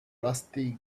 rusty